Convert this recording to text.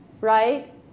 right